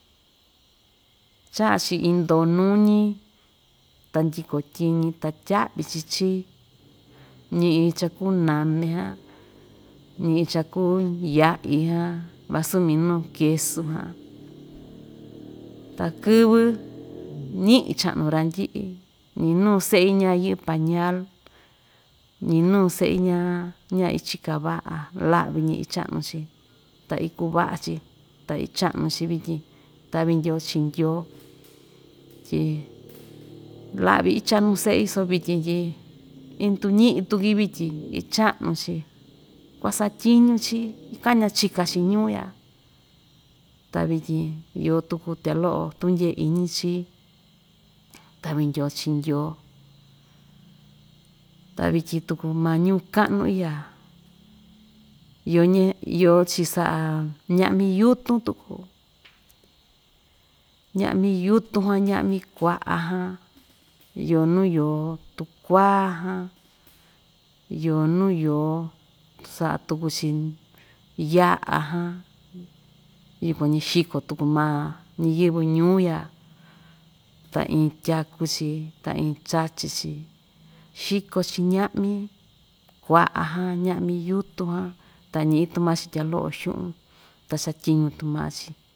Cha'a‑chi in ndo nuñi ta ndyiko tyiñi ta tya'vi‑chi chií ñi'i cha‑kuu name jan ñi'i cha‑kuu ya'i jan vasu minuu kesu jan ta kɨvɨ́ ñi'i cha'nu randyi'i ñi nuu se'i ña‑iyi'i pañal ñi nuu se'i ña ña‑ichika va'a la'vi‑ñi icha'nu‑chi ta ikuu va'a‑chi ta icha'nu‑chi vityin ta'vi ndyoo chii ndyoo tyi la'vi icha'nu se'i so vityin tyi indu‑ñi'i tuki vityin icha'anu‑chi kuasatyiñu‑chi, ikaña chika‑chi ñuu ya ta vityin iyo tuku tya lo'o tundye iñi chií ta'vi ndyoo chi ndyoo ta vityin tuku maa ñuu ka'nu iya iyo ña iyo‑chi sa'a ña'mi yutun tuku ña'mi yutun ja, ña'mi kua'a jan iyo nuu iyo tukuá jan iyo nu iyo sa'a tuku‑chi ya'a jan yukuan‑ñi xiko tuku maa ñiyɨvɨ ñuu ya ta iin tyaku‑chi ta iin chachi‑chi xiko‑chi ña'mi kua'a jan ña'mi yutun jan ta ñi'i tu maa‑chi tya lo'o xu'un ta chatyiñu tu maa‑chi.